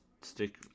stick